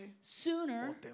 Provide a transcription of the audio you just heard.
sooner